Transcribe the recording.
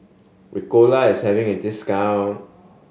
ricola is having a discount